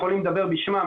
הם יכולים לדבר בשמם,